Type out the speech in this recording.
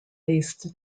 based